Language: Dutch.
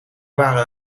waren